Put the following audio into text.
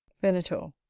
venator.